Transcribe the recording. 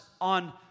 on